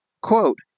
quote